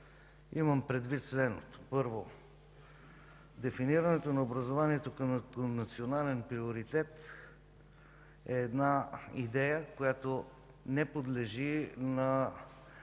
Имам предвид следното. Първо, дефинирането на образованието като национален приоритет е идея, която не подлежи на